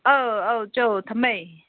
ꯑꯥꯎ ꯑꯥꯎ ꯆꯣ ꯊꯝꯃꯦ